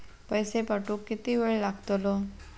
पैशे पाठवुक किती वेळ लागतलो?